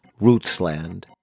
Rootsland